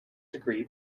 degree